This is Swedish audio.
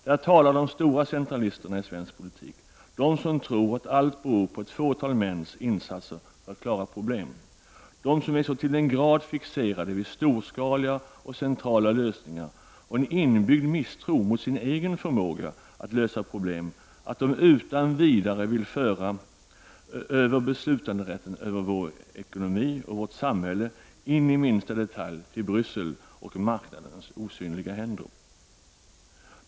Där talar de stora centralisterna i svensk politik, de som tror att allt beror på ett fåtal mäns insatser för att klara av problemen, de som är så till den grad fixerade vid storskaliga och centrala lösningar och en inbyggd misstro mot sin egen förmåga att lösa problem att de utan vidare vill föra över beslu tanderätten över vår ekonomi och vårt samhälle in i minsta detalj till Bryssel och till marknadens osynliga händer.